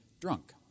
drunk